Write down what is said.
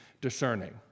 discerning